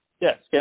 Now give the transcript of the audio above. Yes